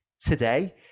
today